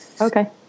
Okay